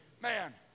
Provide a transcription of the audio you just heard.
Man